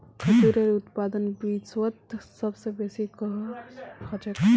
खजूरेर उत्पादन विश्वत सबस बेसी कुहाँ ह छेक